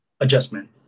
Adjustment